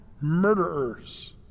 murderers